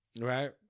right